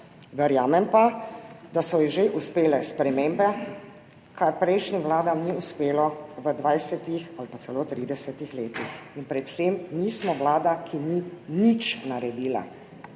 Verjamem pa, da so ji že uspele spremembe, kar prejšnjim vladam ni uspelo v 20-ih ali pa celo v 30-ih letih in predvsem nismo Vlada, ki ni nič naredila.